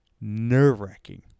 nerve-wracking